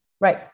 Right